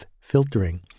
filtering